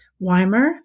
Weimar